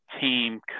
team